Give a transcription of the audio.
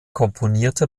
komponierte